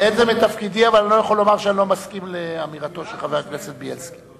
לא מסכים לאמירתו של חבר הכנסת בילסקי.